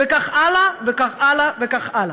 וכך הלאה וכך הלאה וכך הלאה.